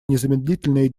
незамедлительные